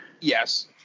Yes